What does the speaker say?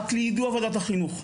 רק לידוע ועדת החינוך.